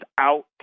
out